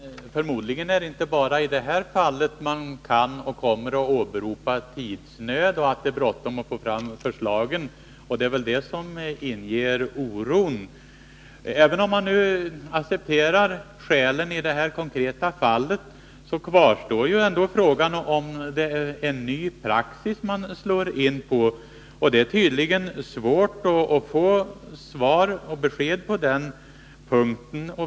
Herr talman! Förmodligen är det inte bara i detta fall man kan åberopa och kommer att åberopa tidsnöd och att det är bråttom att få fram förslagen, och det är det som inger oro. Även om skälen nu accepteras i det här konkreta fallet kvarstår ändå frågan om det är en ny praxis man slår in på. Det är tydligen svårt att få besked på den punkten.